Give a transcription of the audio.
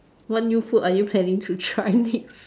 what new food are you planning to try next